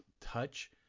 touch